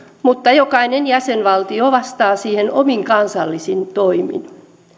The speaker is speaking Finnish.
mutta jokainen jäsenvaltio vastaa siihen omin kansallisin toimin